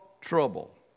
trouble